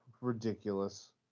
ridiculous